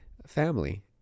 family